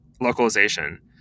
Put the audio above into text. localization